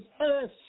earth